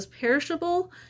perishable